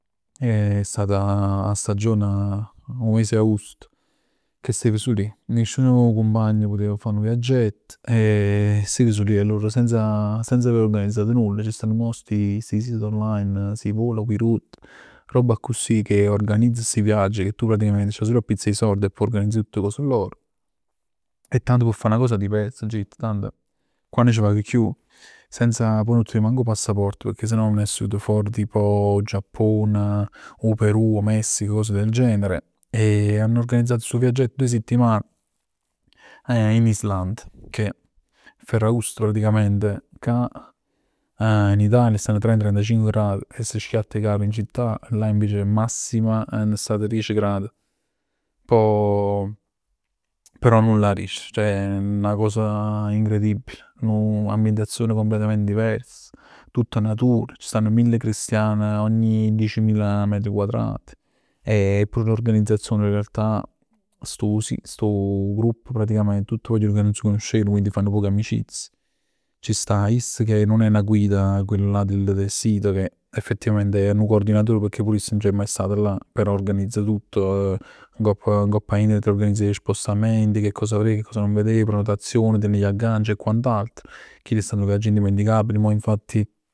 E è stata 'a stagione 'o mes 'e agosto, che stev sul ij. Nisciun cumpagn putev fa nu viaggett e stev sul ij e allora senza senza organizzà nulla ci stann mo sti siti online, roba accussì 'e chi organizza 'e viaggi. Che tu praticamente c'ha sul appizzà 'e sord e poi organizzano tutt cos loro e tanto p' fa 'na cosa diversa aggio ditt, tanto quann c' vag chiù, senza poi nun tenev manco 'o passaporto, pecchè senò me n'avess jut for, 'o Giappone, 'O Perù, 'O Messico, cose del genere. E hanno organizzato stu viaggetto doje settiman in Islanda. Che Ferragost praticamente ccà in Italia stann trenta, trentacinc gradi, e s' schiatt 'e cavero in città. Là invece massima 'anna stat diec gradi. Pò però nulla 'a dicere, ceh 'na cosa incredibile, è n'ambientazione completamente diversa, tutta natura, ci stanno mille cristian ogni diecimila metri quadrati. E pure l'organizzazione in realtà, stu sito, stu gruppo praticamente, stanno tutt guagliun ca nun s' conoscevano quindi faje nu poc 'e amicizia. Ci sta iss ca nun è 'na guida, quello là del sito, che effettivamente è nu coordinatore, pecchè pur iss nun c'è maje stato là. Però organizza tutto, ngopp a internet organizza spostamenti, che cosa verè, che cosa non verè, ten l'agganci e quant'altro. Chill è stat nu viaggio indimenticabile, mo infatti